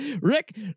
Rick